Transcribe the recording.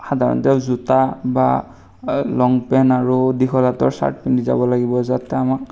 সাধাৰণতে জোতা বা লংপেণ্ট আৰু দীঘল হাতৰ টি শ্বাৰ্ট পিন্ধি যাব লাগিব যাতে আমাক